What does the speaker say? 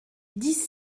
dix